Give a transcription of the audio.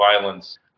violence